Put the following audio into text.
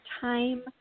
time